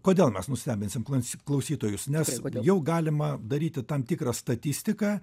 kodėl mes nustebinsim klan klausytojus nes jau galima daryti tam tikrą statistiką